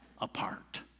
apart